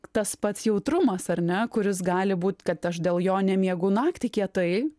tas pats jautrumas ar ne kuris gali būt kad aš dėl jo nemiegu naktį kietai